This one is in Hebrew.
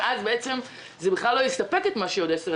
ואז בעצם זה בכלל לא יספק את מה שיהיה עוד 10,